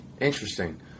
Interesting